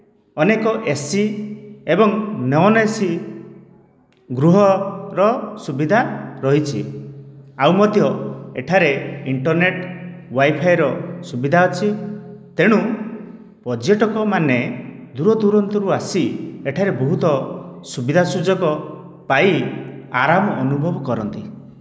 ଅନେକ ଏସି ଏବଂ non AC ଗୃହର ସୁବିଧା ରହିଛି ଆଉ ମଧ୍ୟ ଏଠାରେ ଇଣ୍ଟର୍ନେଟ ୱାଇଫାଇ ର ସୁବିଧା ଅଛି ତେଣୁ ପର୍ଯ୍ୟଟକ ମାନେ ଦୂର ଦୁରାନ୍ତର ରୁ ଆସି ଏଠାରେ ବହୁତ ସୁବିଧା ସୁଯୋଗ ପାଇ ଆରାମ ଅନୁଭବ କରନ୍ତି